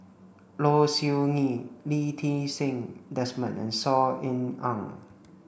Low Siew Nghee Lee Ti Seng Desmond and Saw Ean Ang